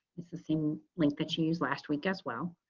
it's the same link that you use last week as well.